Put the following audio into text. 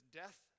death